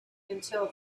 until